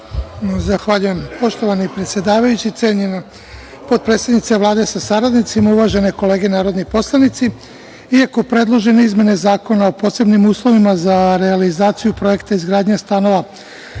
Zahvaljujem. Poštovani predsedavajući, cenjena potpredsednice Vlade sa saradnicima, uvažene kolege narodni poslanici, iako predložene izmene Zakona o posebnim uslovima za realizaciju projekta izgradnje stanova